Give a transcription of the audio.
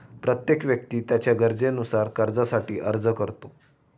प्रत्येक व्यक्ती त्याच्या गरजेनुसार कर्जासाठी अर्ज करतो